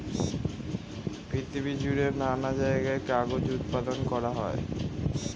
পৃথিবী জুড়ে নানা জায়গায় কাগজ উৎপাদন করা হয়